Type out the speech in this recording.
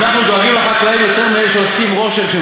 אל תפגע בחקלאים, סגן שר האוצר.